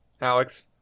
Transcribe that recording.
Alex